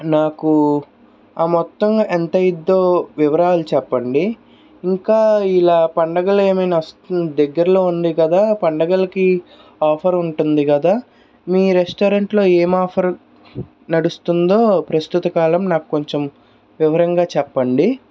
నాకు ఆ మొత్తం ఎంత అయ్యిద్దో వివరాలు చెప్పండి ఇంకా ఇలా పండగలు ఏమైనా వస్తే దగ్గరలో ఉంది కదా పండగలకి ఆఫర్ ఉంటుంది కదా మీ రెస్టారెంట్ లో ఏం ఆఫర్ నడుస్తుందో ప్రస్తుతకాలం నాకు కొంచెం వివరంగా చెప్పండి